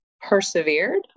persevered